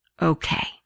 Okay